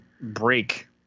break